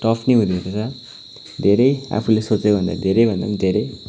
tuft नै हुँदो रहेछ धेरै आफूले सोचे भन्दा धेरै भन्दा धेरै